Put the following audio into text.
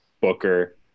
Booker